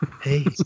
Hey